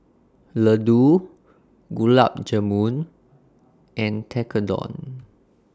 Ladoo Gulab Jamun and Tekkadon